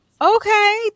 okay